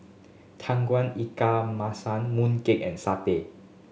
Tauge Ikan Masin mooncake and satay